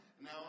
Now